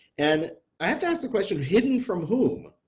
and i have to ask the question hidden from whom?